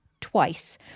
twice